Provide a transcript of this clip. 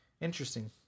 interesting